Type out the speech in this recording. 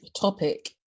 topic